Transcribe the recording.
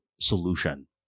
solution